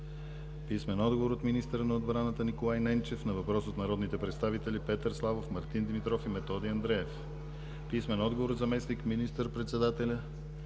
писмен отговор от министъра на отбраната Николай Ненчев на въпрос от народните представители Петър Славов, Мартин Димитров и Методи Андреев; - писмен отговор от заместник министър-председателя